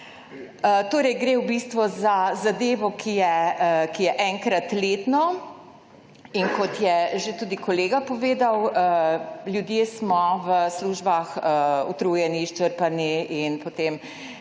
Torej, gre v bistvu za zadevo, ki je enkrat letno. In kot je že tudi kolega povedal, ljudje smo v službah utrujeni, izčrpani in potem